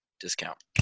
discount